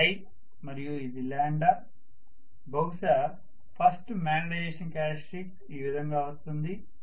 ఇది i మరియు ఇది బహుశా ఫస్ట్ మాగ్నెటిజషన్ క్యారెక్టర్స్టిక్స్ ఈ విధంగా వస్తుంది